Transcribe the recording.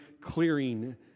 clearing